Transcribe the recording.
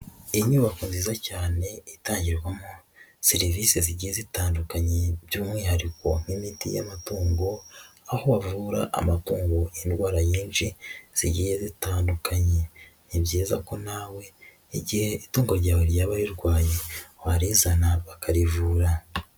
Inyubako nziza cyane itangirwamo serivisi zigiye zitandukanye by'umwihariko nk'imiti y'amatungo, aho bavura amavungo indwara nyinshi zigiye zitandukanye. Ni byiza ko nawe igihe itungo ryawe ryaba rirwaye, warizana bakarivura.